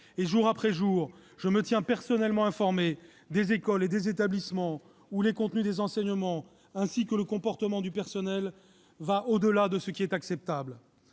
Jour après jour, je me tiens personnellement informé des écoles et des établissements dans lesquels le contenu des enseignements ou le comportement du personnel va au-delà de ce qui est acceptable.